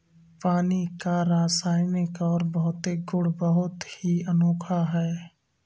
पानी का रासायनिक और भौतिक गुण बहुत ही अनोखा है